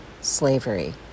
slavery